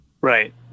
Right